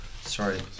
sorry